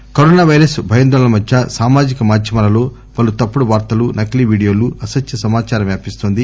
appeal corona virus భయాందోళనల మధ్య సామాజిక మాధ్యమాలలో పలు తప్పుడు వార్తలు నకిలీ విడియోలు అసత్య సమాచారం వ్యాపిస్తోంది